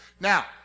Now